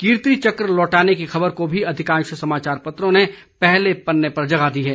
कीर्ति चक्र लौटाने की खबर को भी अधिकांश समाचार पत्रों ने पहले पन्ने पर जगह दी है